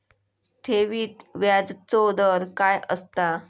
ठेवीत व्याजचो दर काय असता?